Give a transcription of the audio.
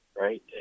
right